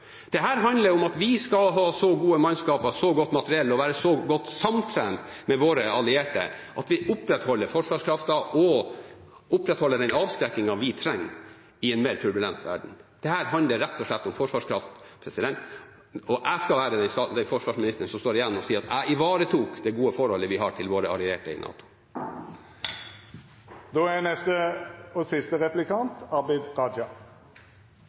handler om at vi skal ha så gode mannskaper og godt materiell og være så godt samtrent med våre allierte at vi opprettholder forsvarskraften og den avskrekkingen vi trenger i en mer turbulent verden. Dette handler rett og slett om forsvarskraft, og jeg skal være den forsvarsministeren som står igjen og sier at jeg ivaretok det gode forholdet vi har til våre allierte i NATO. Jeg vil gratulere forsvarsministeren med at vi her på Stortinget er